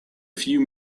few